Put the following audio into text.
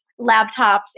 laptops